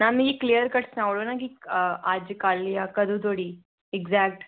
नेईं मिगी clear cut सनाऊ उड़ो ना अज्ज कल्ल जां कदूं धोड़ी इग्जैक्ट